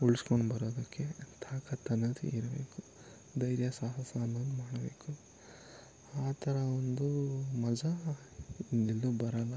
ಉಳ್ಸ್ಕೊಂಡ್ಬರೋದಕ್ಕೆ ತಾಕತ್ತು ಅನ್ನೋದು ಇರಬೇಕು ಧೈರ್ಯ ಸಾಹಸ ಅನ್ನೋದು ಮಾಡಬೇಕು ಆ ಥರ ಒಂದೂ ಮಜಾ ಇನ್ನೆಲ್ಲೂ ಬರಲ್ಲ